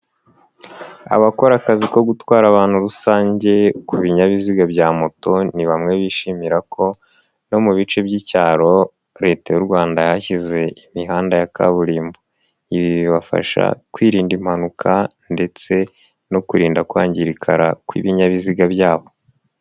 Abakora akazi ko gutwara abantu rusange, ku binyabiziga bya moto, ni bamwe bishimira ko no mu bice by'icyaro, leta y'u Rwanda yashyize imihanda ya kaburimbo. Ibi bibafasha kwirinda impanuka ndetse no kurinda kwangirika kw'ibinyabiziga byabo.